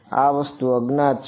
આ વસ્તુ અજ્ઞાત છે